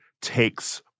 takes